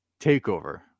TAKEOVER